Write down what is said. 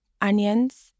onions